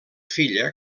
filla